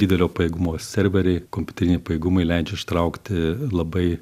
didelio pajėgumo serveriai kompiuteriniai pajėgumai leidžia ištraukti labai